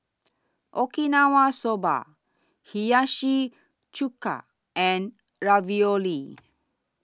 Okinawa Soba Hiyashi Chuka and Ravioli